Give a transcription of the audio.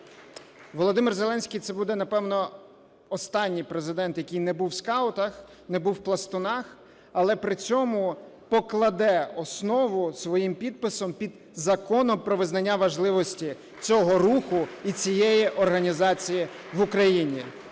Володимир Зеленський - це буде, напевно, останній Президент, який не був в скаутах, не був в пластунах, але при цьому покладе основу своїм підписом під законом про визнання важливості цього руху і цієї організації в Україні.